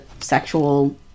sexual